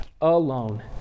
alone